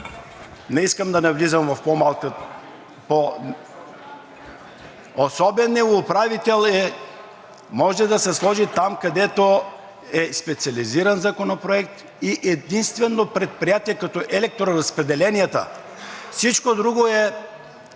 Не искам да навлизам в… Особеният управител може да се сложи там, където е специализиран законопроект и единствено предприятие, като електроразпределенията. Всичко друго е